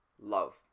love